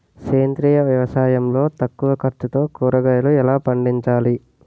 సేంద్రీయ వ్యవసాయం లో తక్కువ ఖర్చుతో కూరగాయలు ఎలా పండించాలి?